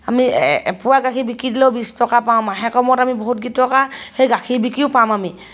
আমি এ এপোৱা গাখীৰ বিকি দিলেও বিছ টকা পাম মাহেকৰ মূৰত আমি বহুতকেইটকা সেই গাখীৰ বিকিও পাম আমি